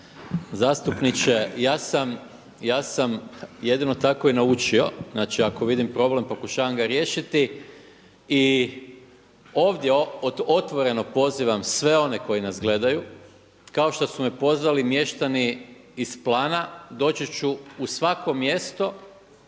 zastupniče. Ja sam jedino tako i naučio. Znači, ako vidim problem pokušavam ga riješiti. I ovdje otvoreno pozivam sve one koji nas gledaju kao što su me pozvali mještani iz Plana. Doći ću u svako mjesto